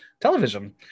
television